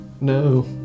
No